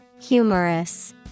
humorous